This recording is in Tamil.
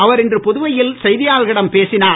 அவர் இன்று புதுவையில் செய்தியாளர்களிடம் பேசினார்